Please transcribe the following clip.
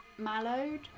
mallowed